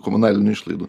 komunalinių išlaidų